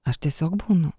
aš tiesiog būnu